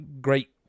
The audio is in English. great